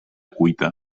cuita